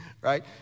right